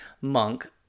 monk